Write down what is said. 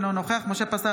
אינו נוכח משה פסל,